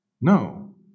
No